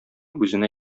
үзенә